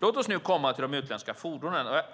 Låt oss nu komma till de utländska fordonen.